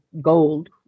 gold